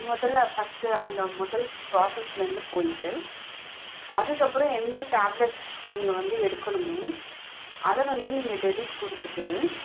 முதல்ல ஃபஸ்ட்டு அந்த முதல் ப்ராஸெஸிலேருந்து போய்விட்டு அதுக்கப்புறம் எந்த டேப்லெட் நீங்கள் வந்து எடுக்கணுமோ அதை வந்து நீங்கள் டெலீட் கொடுத்துட்டு